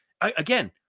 again